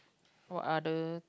what other